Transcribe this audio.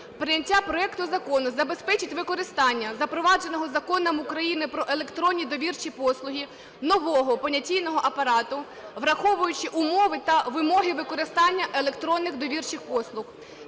Прийняття проекту закону забезпечить використання запровадженого Законом України "Про електронні довірчі послуги" нового понятійного апарату, враховуючи умови та вимоги використання електронних довірчих послуг.